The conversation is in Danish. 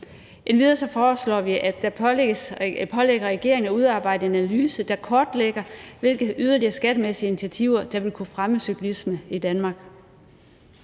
Endvidere foreslår vi, at der pålægges regeringen at udarbejde en analyse, der kortlægger, hvilke yderligere skattemæssige initiativer der vil kunne fremme cyklismen i Danmark.